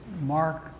Mark